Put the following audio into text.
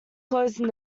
closing